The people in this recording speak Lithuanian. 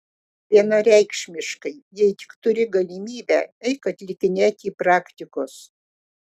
vienareikšmiškai jei tik turi galimybę eik atlikinėti praktikos